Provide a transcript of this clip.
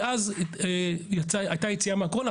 כי אז הייתה יציאה מהקורונה.